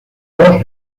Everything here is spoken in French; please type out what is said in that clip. mangue